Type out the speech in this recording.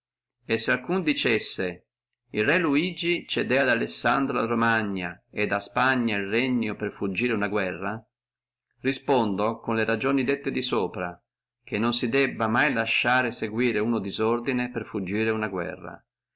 e se alcuno dicesse el re luigi cedé ad alessandro la romagna et a spagna el regno per fuggire una guerra respondo con le ragioni dette di sopra che non si debbe mai lasciare seguire uno disordine per fuggire una guerra